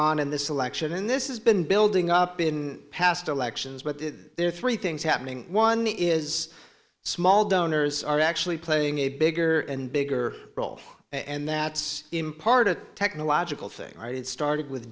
on in this election and this is been building up in past elections but there are three things happening one is small donors are actually playing a bigger and bigger role and that's in part a technological thing it started with